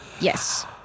Yes